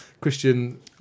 Christian